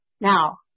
Now